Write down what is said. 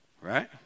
Right